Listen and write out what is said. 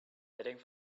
heading